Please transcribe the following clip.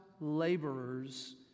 laborers